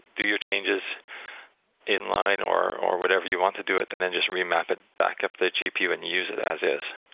do your changes in-line, or or whatever you want to do it and then just remap it back up the gpu and use it as is.